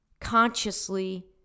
consciously